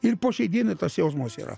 ir po šiai dienai tas jausmas yra